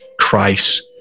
Christ